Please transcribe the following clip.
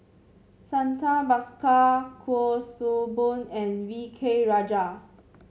Santha Bhaskar Kuik Swee Boon and V K Rajah